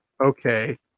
okay